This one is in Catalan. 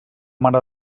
mare